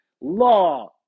law